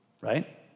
right